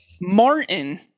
Martin